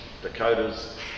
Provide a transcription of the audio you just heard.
Dakotas